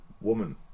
woman